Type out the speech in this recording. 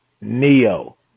Neo